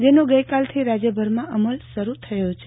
જેનો ગઇકાલથી રાજ્યભરમાં અમલ શરૂ થયો છે